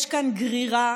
יש כאן גרירה